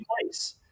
place